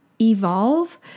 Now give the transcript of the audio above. evolve